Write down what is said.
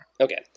Okay